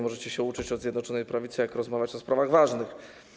Możecie się uczyć od Zjednoczonej Prawicy, jak rozmawiać o sprawach ważnych.